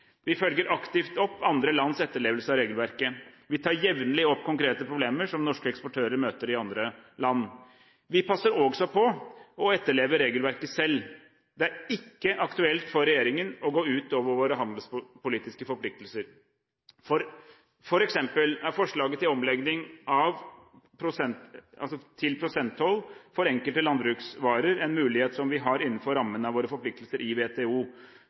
Vi følger aktivt opp andre lands etterlevelse av regelverket. Vi tar jevnlig opp konkrete problemer som norske eksportører møter i andre land. Vi passer også på å etterleve regelverket selv, og det er ikke aktuelt for regjeringen å gå ut over våre handelspolitiske forpliktelser. For eksempel er forslaget til omlegging til prosenttoll for enkelte landbruksvarer en mulighet som vi har innenfor rammen av våre forpliktelser i WTO.